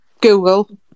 Google